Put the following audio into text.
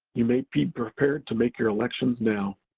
you may be prepared to make your elections now.